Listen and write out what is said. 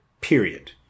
period